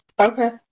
Okay